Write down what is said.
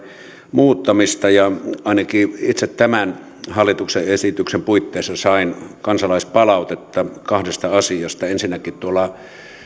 muuttamista ja ainakin itse tämän hallituksen esityksen puitteissa sain kansalaispalautetta kahdesta asiasta ensinnäkin tuolla